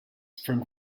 from